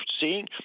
seeing